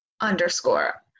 underscore